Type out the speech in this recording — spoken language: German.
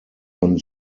von